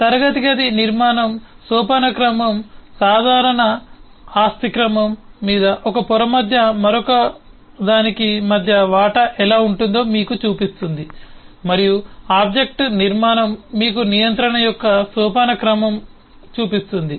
class నిర్మాణం సోపానక్రమం సాధారణ ఆస్తి క్రమం మీద ఒక పొర మధ్య మరొకదానికి మధ్య వాటా ఎలా ఉంటుందో మీకు చూపిస్తుంది మరియు ఆబ్జెక్ట్ నిర్మాణం మీకు నియంత్రణ యొక్క సోపానక్రమం చూపిస్తుంది